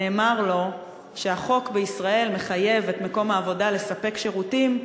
נאמר לו שהחוק בישראל מחייב את מקום העבודה לספק שירותים,